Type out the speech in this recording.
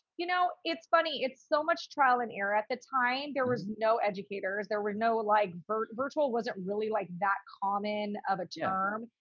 you know, it's funny, it's so much trial and error at the time. there was no educators. there were no like virtual wasn't really like that common of a term.